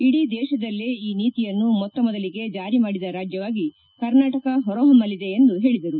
ಇಡೀ ದೇಶದಲ್ಲೇ ಈ ನೀತಿಯನ್ನು ಮೊತ್ತ ಮೊದಲಿಗೆ ಜಾರಿ ಮಾಡಿದ ರಾಜ್ಯವಾಗಿ ಕರ್ನಾಟಕ ಹೊರಹೊಮಲಿದೆ ಎಂದು ಹೇಳಿದರು